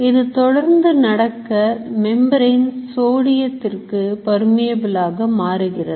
இது தொடர்ந்து நடக்க மெம்பரேன் Sodium இக்கு permeable ஆக மாறுகிறது